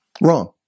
Wrong